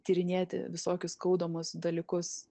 tyrinėti visokius skaudamus dalykus